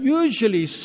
usually